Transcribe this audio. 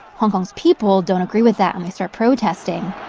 hong kong's people don't agree with that, and they start protesting